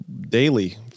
daily